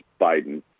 biden